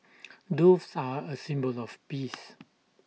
doves are A symbol of peace